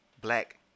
black